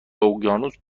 اقیانوس